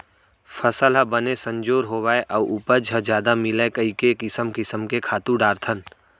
फसल ह बने संजोर होवय अउ उपज ह जादा मिलय कइके किसम किसम के खातू डारथन